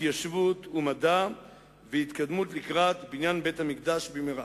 התיישבות ומדע והתקדמות לקראת בניין בית-המקדש במהרה.